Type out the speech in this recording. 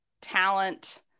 talent